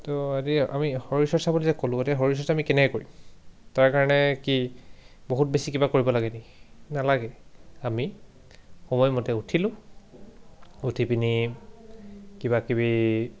তো এতিয়া আমি শৰীৰ চৰ্চা বুলি যে ক'লো এতিয়া শৰীৰ চৰ্চা আমি কেনেকৈ কৰিম তাৰ কাৰণে কি বহুত বেছি কিবা কৰিব লাগে নি নালাগে আমি সময়মতে উঠিলো উঠি পিনি কিবাকিবি